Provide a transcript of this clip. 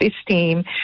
esteem